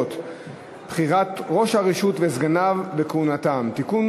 המקומיות (בחירת ראש הרשות וסגניו וכהונתם) (תיקון,